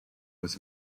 was